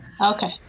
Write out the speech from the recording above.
okay